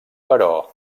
però